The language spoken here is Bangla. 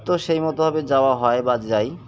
তো সেই মতোভাবে যাওয়া হয় বা যাই